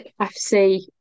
FC